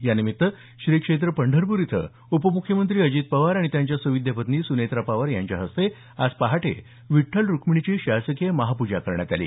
यानिमित्त श्री क्षेत्र पंढरपूर इथं उपमुख्यमंत्री अजित पवार आणि त्यांच्या सुविद्य पत्नी सुनेत्रा पवार यांच्या हस्ते आज पहाटे विठ्ठल रुक्मिणीची शासकीय महापूजा करण्यात आली